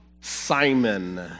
Simon